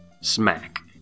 Smack